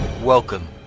Welcome